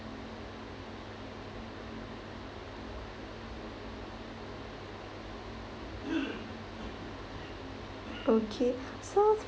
hmm okay so